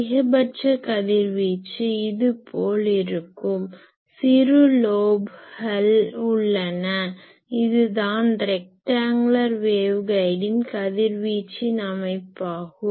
அதிகபட்ச கதிர்வீச்சு இதுபோல் இருக்கும் சிறு லோப்கள் உள்ளன இதுதான் ரெக்டாங்குலர் வேவ் கைடின் கதிர்வீச்சின் அமைப்பாகும்